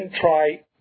try